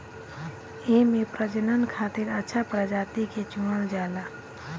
एमे प्रजनन खातिर अच्छा प्रजाति के चुनल जाला